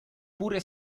pure